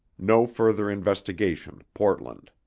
no further investigation portland.